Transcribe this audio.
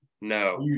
no